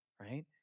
right